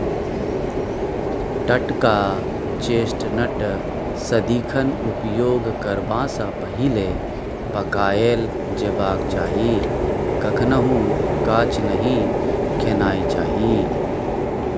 टटका चेस्टनट सदिखन उपयोग करबा सँ पहिले पकाएल जेबाक चाही कखनहुँ कांच नहि खेनाइ चाही